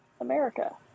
America